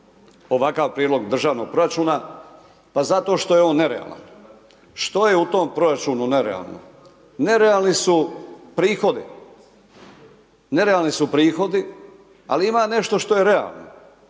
ovakav prijedlog državnog proračuna? Zato što je on nerealan. Što je u tom proračunu nerealno? Nerealni su prihodi nerealni su prihodi, ali ima nešto što je realno,